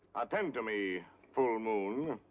attend to me, full moon.